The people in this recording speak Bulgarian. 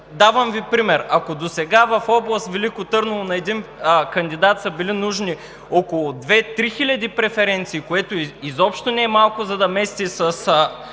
Давам Ви пример: ако досега в област Велико Търново на един кандидат са били нужни около 2 – 3 хиляди преференции, което изобщо не е малко, за да местиш с